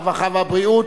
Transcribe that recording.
הרווחה והבריאות,